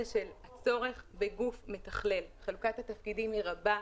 הצורך בגוף מתכלל, חלוקת התפקידים היא רבה,